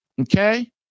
Okay